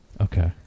Okay